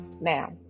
now